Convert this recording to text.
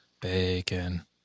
Bacon